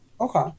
okay